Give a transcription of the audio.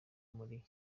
muri